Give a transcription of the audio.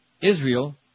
Israel